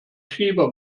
schieber